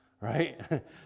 right